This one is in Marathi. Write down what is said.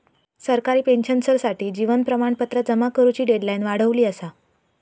सरकारी पेंशनर्ससाठी जीवन प्रमाणपत्र जमा करुची डेडलाईन वाढवली असा